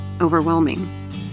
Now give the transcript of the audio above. overwhelming